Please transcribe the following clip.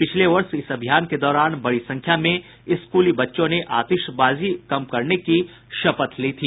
पिछले वर्ष इस अभियान के दौरान बड़ी संख्या में स्कूली बच्चों ने आतिशबाजी कम करने की शपथ ली थी